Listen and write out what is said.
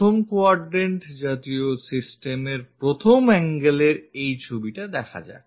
প্রথম quadrant জাতীয় system এর প্রথম angle এর এই ছবিটা দেখা যাক